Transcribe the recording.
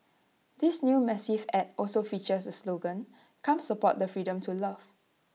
this new massive Ad also features the slogan come support the freedom to love